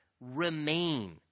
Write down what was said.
remain